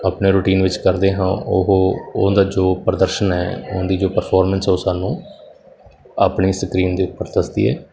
ਆਪਣੇ ਰੂਟੀਨ ਵਿੱਚ ਕਰਦੇ ਹਾਂ ਉਹ ਉਹਦਾ ਜੋ ਪ੍ਰਦਰਸ਼ਨ ਹੈ ਉਨਦੀ ਜੋ ਪਰਫੋਰਮੈਂਸ ਹੈ ਉਹ ਸਾਨੂੰ ਆਪਣੀ ਸਕਰੀਨ ਦੇ ਉੱਪਰ ਦੱਸਦੀ ਹੈ